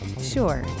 Sure